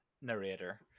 narrator